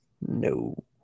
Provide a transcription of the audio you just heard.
No